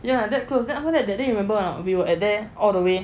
ya that close then after that didn't remember ah we were at their all the way